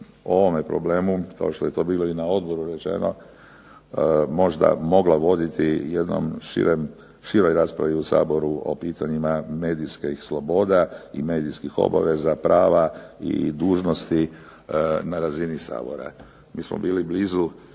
o ovome problemu kao što je to bilo i na odboru rečeno možda mogla voditi jednoj široj raspravi u Saboru o pitanjima medijskih sloboda i medijskih obaveza i prava i dužnosti na razini Sabora. Mi smo bili blizu